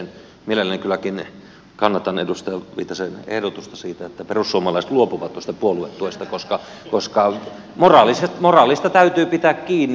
mielelläni kylläkin kannatan edustaja viitasen ehdotusta siitä että perussuomalaiset luopuvat tuosta puoluetuesta koska moraalista täytyy pitää kiinni